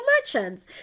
merchants